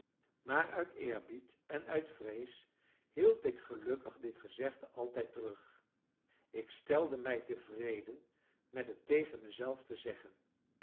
maar uit eerbied en uit vrees hield ik gelukkig dit gezegde altijd terug ik stelde mij tevreden met het tegen mezelf te zeggen